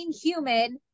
human